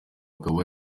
akaba